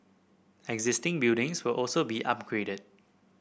existing buildings will also be upgraded